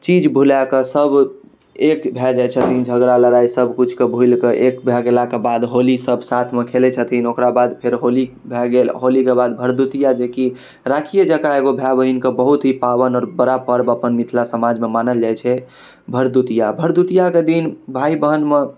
चीज भुलाकऽ सभ एक भऽ जाइ छथिन झगड़ा लड़ाइ सबकिछुके भुलिके एक भऽ गेलाके बाद होली सभ साथमे खेलै छथिन ओकराबाद फेर होली भऽ गेल होलीके बाद भरदुतिआ जेकि राखिए जकाँ एगो भाइ बहिनके बहुत ही पावन आओर बड़ा पर्व अपन मिथिला समाजमे मानल जाइ छै भरदुतिआ भरदुतिआके दिन भाइ बहिनमे